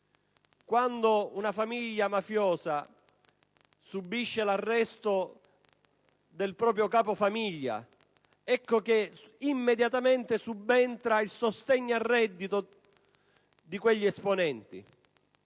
Quando una famiglia mafiosa subisce l'arresto del proprio capo ecco che immediatamente subentra il sostegno al reddito dei suoi esponenti,